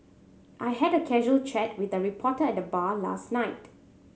I had a casual chat with a reporter at the bar last night